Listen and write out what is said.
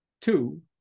two